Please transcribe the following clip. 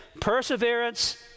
perseverance